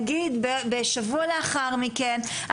נגיד בשבוע לאחר מכן,